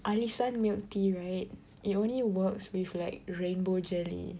alisan milk tea right it only works with like rainbow jelly